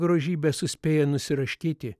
grožybė suspėja nusiraškyti